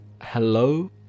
Hello